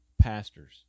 pastors